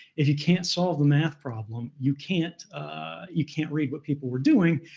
if you can't solve the math problem, you can't ah you can't read what people were doing.